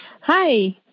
Hi